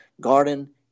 garden